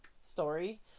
story